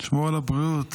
תשמור על הבריאות,